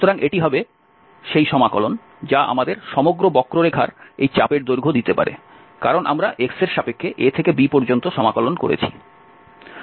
সুতরাং এটি হবে সেই সমাকলন যা আমাদের সমগ্র বক্ররেখার এই চাপের দৈর্ঘ্য দিতে পারে কারণ আমরা x এর সাপেক্ষে a থেকে b পর্যন্ত সমাকলন করছি